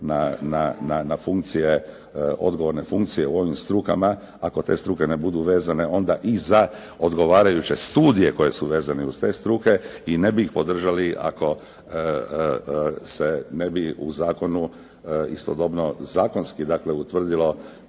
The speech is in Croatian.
na funkcije, odgovorne funkcije u ovim strukama ako te struke ne budu vezane onda i za odgovarajuće studije koje su vezane uz te struke i ne bi ih podržali ako se ne bi u zakonu istodobno zakonski dakle utvrdilo